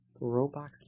Robot